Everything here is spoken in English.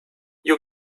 you